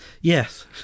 Yes